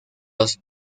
los